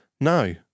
No